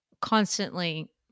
constantly